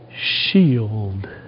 shield